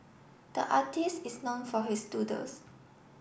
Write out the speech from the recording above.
the artist is known for his doodles